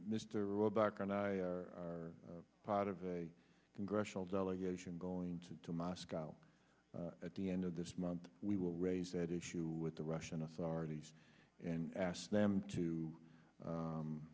mr roebuck on our part of a congressional delegation going to moscow at the end of this month we will raise that issue with the russian authorities and asked them to